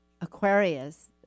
aquarius